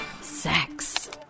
Sex